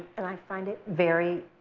and i find it very